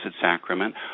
Sacrament